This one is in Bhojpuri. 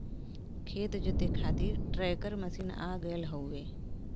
खेत जोते खातिर ट्रैकर मशीन आ गयल हउवे